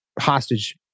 hostage